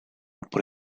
por